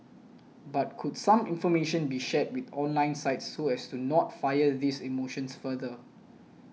but could some information be shared with online sites so as to not fire these emotions further